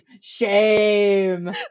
shame